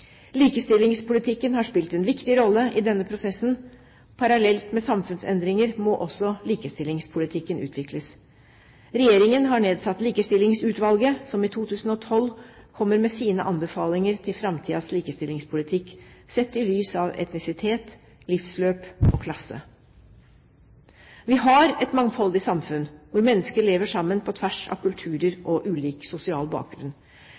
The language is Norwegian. Likestillingspolitikken har spilt en viktig rolle i denne prosessen. Parallelt med samfunnsendringer må også likestillingspolitikken utvikles. Regjeringen har nedsatt Likestillingsutvalget, som i 2012 kommer med sine anbefalinger til framtidens likestillingspolitikk sett i lys av etnisitet, livsløp og klasse. Vi har et mangfoldig samfunn hvor mennesker lever sammen på tvers av kulturer og ulik sosial bakgrunn.